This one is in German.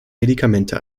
medikamente